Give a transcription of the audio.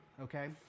okay